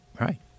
right